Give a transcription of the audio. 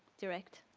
direct.